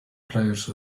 players